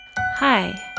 Hi